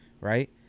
right